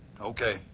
okay